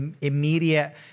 immediate